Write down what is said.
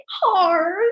hard